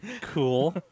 cool